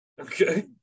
okay